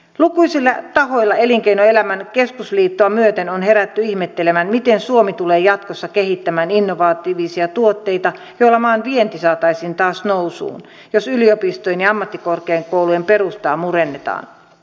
lukuisilla tahoilla elinkeinoelämän keskusliittoa myöten on herätty ihmettelemään miten suomi tulee jatkossa kehittämään innovatiivisia tuotteita joilla maan vienti saataisiin taas nousuun jos yliopistojen ja ammattikorkeakoulujen perustaa murennetaan